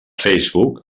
facebook